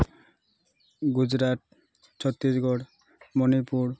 Gujarat Chhattisgarh Manipur